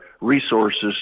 resources